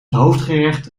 hoofdgerecht